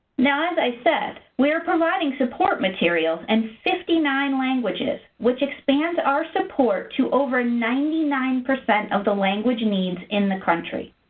now, as i said, we're providing support materials in and fifty nine languages, which expand our support to over ninety nine percent of the language needs in the country.